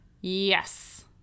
yes